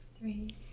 three